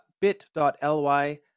bit.ly